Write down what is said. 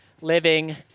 living